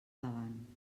davant